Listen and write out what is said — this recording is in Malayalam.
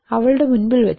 അവളുടെ മുൻപിൽ വെച്ച്